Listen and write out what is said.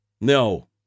No